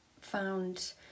found